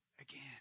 again